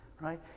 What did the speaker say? right